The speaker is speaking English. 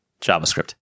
JavaScript